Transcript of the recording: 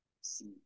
see